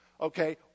Okay